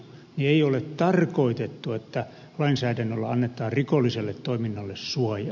ei ole tarkoitettu että lainsäädännöllä annetaan rikolliselle toiminnalle suojaa